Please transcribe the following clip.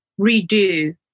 redo